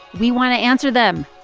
we want to answer them.